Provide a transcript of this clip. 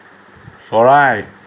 চৰাই